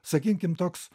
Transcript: sakykim toks